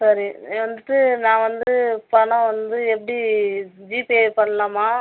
சரி வந்துட்டு நான் வந்து பணம் வந்து எப்படி ஜிபே பண்ணலாமா